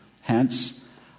Hence